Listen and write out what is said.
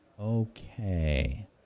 Okay